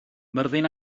myrddin